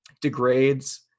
degrades